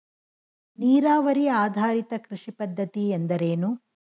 ನೀರಾವರಿ ಆಧಾರಿತ ಕೃಷಿ ಪದ್ಧತಿ ಎಂದರೇನು?